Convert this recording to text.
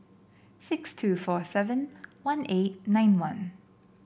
six two four seven one eight nine one